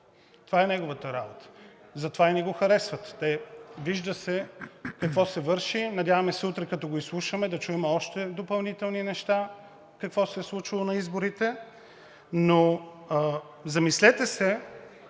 Това е неговата работа и затова и не го харесвате – вижда се какво се върши, надяваме се утре, като го изслушаме, да чуем още допълнителни неща какво се е случвало на изборите. Но замислете се